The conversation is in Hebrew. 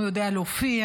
הוא יודע להופיע,